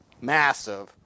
massive